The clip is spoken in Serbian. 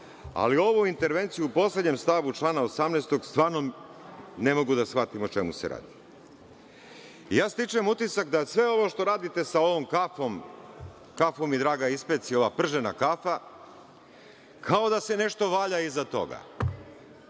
ali ovu intervenciju u poslednjem stavu člana 18. stvarno ne mogu da shvatim o čemu se radi. Ja stičem utisak da sve ovo što radite sa ovom kafom, kafu mi draga ispeci, ova pržena kafa, kao da se nešto valja iza toga.